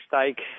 stake